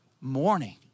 morning